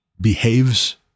behaves